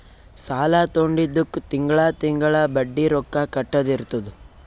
ಸಾಲಾ ತೊಂಡಿದ್ದುಕ್ ತಿಂಗಳಾ ತಿಂಗಳಾ ಬಡ್ಡಿ ರೊಕ್ಕಾ ಕಟ್ಟದ್ ಇರ್ತುದ್